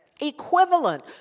equivalent